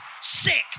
sick